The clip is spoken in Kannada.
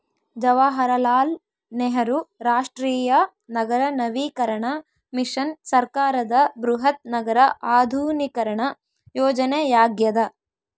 ಜವಾಹರಲಾಲ್ ನೆಹರು ರಾಷ್ಟ್ರೀಯ ನಗರ ನವೀಕರಣ ಮಿಷನ್ ಸರ್ಕಾರದ ಬೃಹತ್ ನಗರ ಆಧುನೀಕರಣ ಯೋಜನೆಯಾಗ್ಯದ